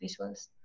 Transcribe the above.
visuals